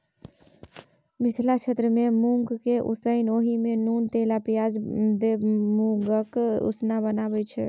मिथिला क्षेत्रमे मुँगकेँ उसनि ओहि मे नोन तेल आ पियाज दए मुँगक उसना बनाबै छै